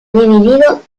dividido